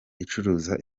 icuruza